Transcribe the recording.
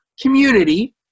community